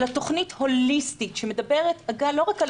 אלא תכנית הוליסטית שמדברת לא רק על